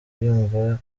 yumva